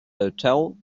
hotel